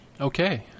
Okay